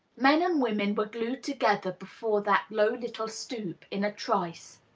men and women were glued together before that low little stoop, in a trice.